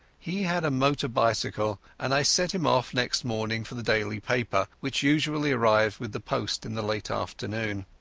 he had a motor bicycle, and i sent him off next morning for the daily paper, which usually arrived with the post in the late afternoon.